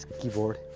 keyboard